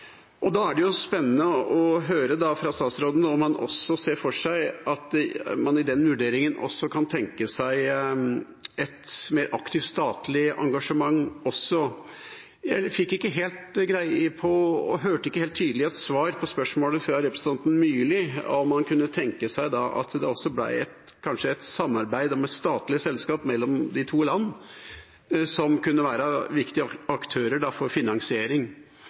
vurderingen også kan tenke seg et mer aktivt statlig engasjement. Jeg fikk ikke helt greie på og hørte ikke helt tydelig et svar på spørsmålet fra representanten Myrli om han kunne tenke seg et samarbeid om et statlig selskap mellom de to landene som kunne være viktige aktører for finansiering.